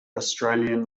australian